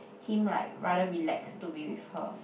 him like rather relaxed to be with her